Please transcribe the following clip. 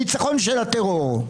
ניצחון של הטרור.